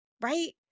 right